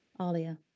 alia